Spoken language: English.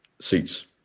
Seats